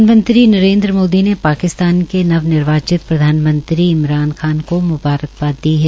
प्रधानमंत्री नरेन्द्र मोदी ने पाकिस्तान के नव निर्वाचित प्रधानमंत्री इमरान खान को मुंबारकबाद दी है